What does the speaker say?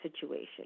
situation